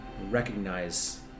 recognize